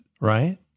right